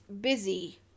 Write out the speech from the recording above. busy